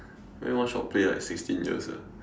then one shot play like sixteen years ah